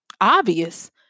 obvious